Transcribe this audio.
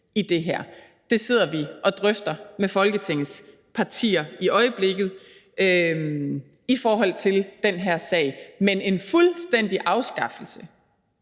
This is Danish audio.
i det her. Det sidder vi og drøfter med Folketingets partier i øjeblikket, altså i forhold til den her sag. Men en fuldstændig afskaffelse